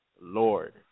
Lord